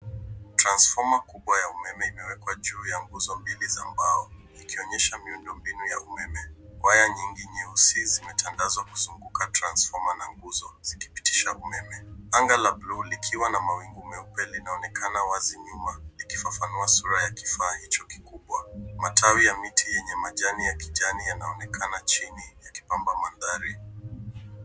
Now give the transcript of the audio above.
Transfoma kubwa ya umeme imewekwa juu ya nguzo mbili za mbao ikionyesha miundombinu ya umeme. Waya nyingi nyeusi zimetandazwa kuzunguka transfoma na nguzo zikipitisha umeme. Anga la buluu likiwa na mawingu meupe linaonekana wazi nyuma ikifafanua sura ya kifaa hicho kikubwa. Matawi ya miti yenye majani ya kijani yanaonekana chini yakipamba mandhari.